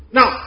Now